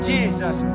Jesus